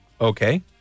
Okay